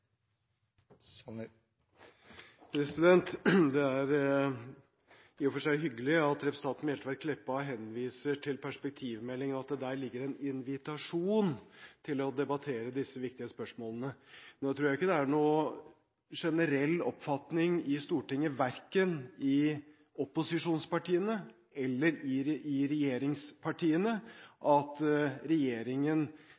Kleppa henviser til perspektivmeldingen, og at det der ligger en invitasjon til å debattere disse viktige spørsmålene. Nå tror jeg ikke det er noen generell oppfatning i Stortinget, verken i opposisjonspartiene eller i regjeringspartiene, at regjeringen tar Stortinget med på råd, dialog og imøtekommer gode forslag som fremmes i